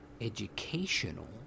educational